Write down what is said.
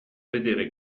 vedere